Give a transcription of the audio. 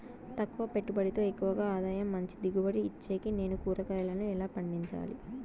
తక్కువ పెట్టుబడితో ఎక్కువగా ఆదాయం మంచి దిగుబడి ఇచ్చేకి నేను కూరగాయలను ఎలా పండించాలి?